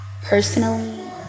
personally